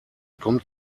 kommt